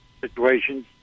situations